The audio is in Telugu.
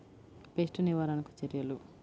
పెస్ట్ నివారణకు చర్యలు?